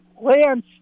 Lance